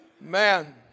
Man